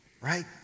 right